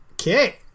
okay